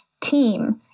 team